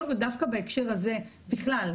דווקא בהקשר הזה בכלל,